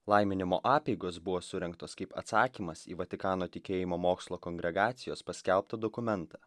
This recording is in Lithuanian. laiminimo apeigos buvo surengtos kaip atsakymas į vatikano tikėjimo mokslo kongregacijos paskelbtą dokumentą